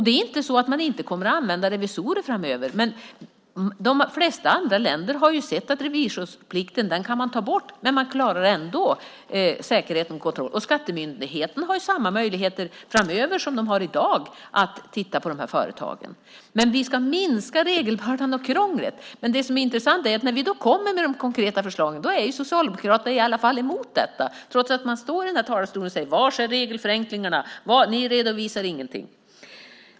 Det är inte så att man inte kommer att använda revisorer framöver. De flesta andra länder har sett att revisorsplikten kan man ta bort. Man klarar ändå säkerhet och kontroll. Skattemyndigheten har samma möjlighet framöver som den har i dag att titta på dessa företag. Men vi ska minska regelbördan och krånglet. När vi kommer med de konkreta förslagen är Socialdemokraterna i varje fall emot dem fastän de står i talarstolen och säger: Var är regelförändringarna? Ni redovisar ingenting.